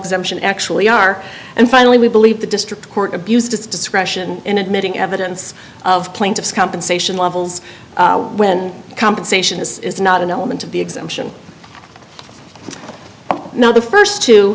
exemption actually are and finally we believe the district court abused its discretion in admitting evidence of plaintiffs compensation levels when compensation is not an element of the exemption now the